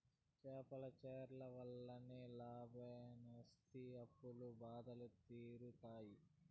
చేపల చెర్ల వల్లనైనా లాభాలొస్తి అప్పుల బాధలు తీరుతాయి